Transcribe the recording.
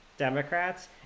democrats